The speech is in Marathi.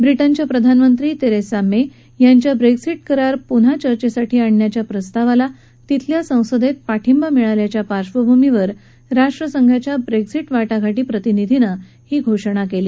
ब्रिटनच्या प्रधानमंत्री तेरेसा मे यांच्या ब्रेक्झिट करार पुन्हा चर्चेसाठी आणण्याच्या प्रस्तावाला तिथल्या संसदेत पाठींबा मिळाल्याच्या पार्श्वभूमीवर राष्ट्रसंघाच्या ब्रेक्झिट वाटाघाटी प्रतिनिधीनं ही घोषणा केली